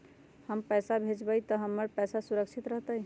हम पैसा भेजबई तो हमर पैसा सुरक्षित रहतई?